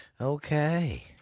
Okay